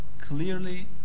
clearly